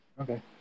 Okay